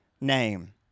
name